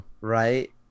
Right